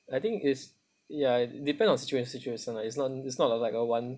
I think is ya depend on situa~ situation lah it's not it's not like like a one